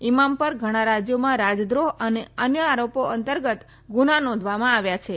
ઇમામ પર ઘણા રાજયોમાં રાજદ્રોહ અને અન્ય આરોપો અંતર્ગત ગુના નોંધવામાં આવ્યા છે